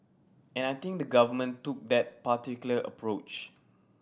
and I think the Government took that particular approach